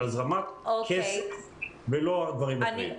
של הזרמת כסף ולא דברים אחרים.